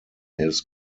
his